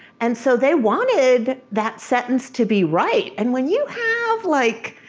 and so they wanted that sentence to be right. and when you have, like,